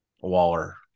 Waller